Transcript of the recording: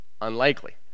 Unlikely